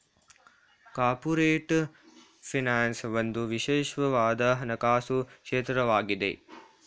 corporate finance ಒಂದು ವಿಶಿಷ್ಟವಾದ ಹಣಕಾಸು ಕ್ಷೇತ್ರವಾಗಿದೆ